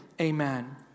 amen